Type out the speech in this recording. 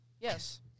Yes